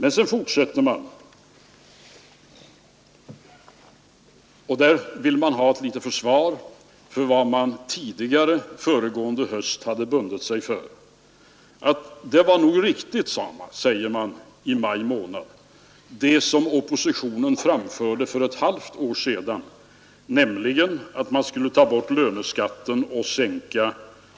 Men sedan vill reservanterna ha ett litet försvar för vad de tidigare, föregående höst, bundit sig för. Det som oppositionen framförde för ett halvt år sedan var nog riktigt, sade reservanterna i maj månad, nämligen att man skulle ta bort löneskatten och sänka